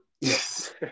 Yes